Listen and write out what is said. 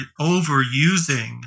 overusing